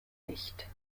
nicht